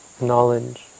knowledge